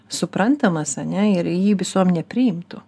suprantamas ar ne ir jį visuomenė priimtų